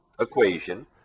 equation